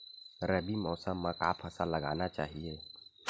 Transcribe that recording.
रबी मौसम म का फसल लगाना चहिए?